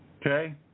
Okay